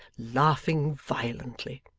laughing violently.